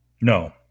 No